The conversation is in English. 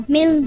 Mill